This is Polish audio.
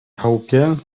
chałupie